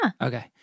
Okay